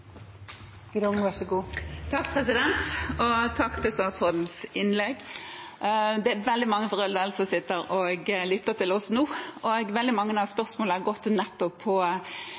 er veldig mange fra Røldal som sitter og lytter til oss nå, og veldig mange av spørsmålene har handlet om nettopp